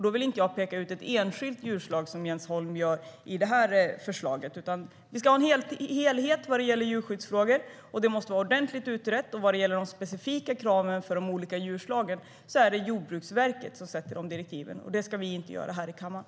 Då vill jag inte peka ut ett enskilt djurslag som Jens Holm gör i förslaget, utan vi ska ha en helhet när det gäller djurskyddsfrågor. Det måste vara ordentligt utrett. Vad gäller de specifika kraven för de olika djurslagen är det Jordbruksverket som sätter sådana direktiv. Det ska inte vi göra här i kammaren.